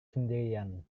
sendirian